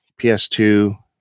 PS2